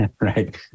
Right